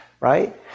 right